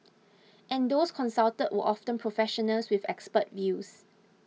but those consulted were often professionals with expert views